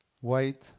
white